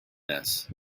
this